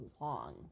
long